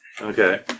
Okay